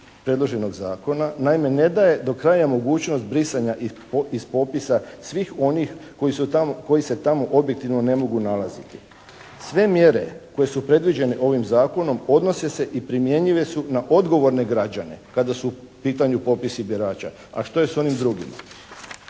predloženog Zakona naime ne daje do kraja mogućnost brisanja iz popisa svih onih koji se tamo objektivno ne mogu nalaziti. Sve mjere koje su predviđene ovim Zakonom odnose se i primjenjive su na odgovorne građane, kada su u pitanju popisi birača, a što je s onim drugima.